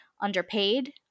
Underpaid